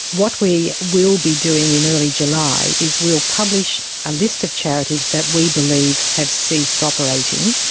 what we will be doing in early july is we'll publish a list of charities that we believe have ceased operating.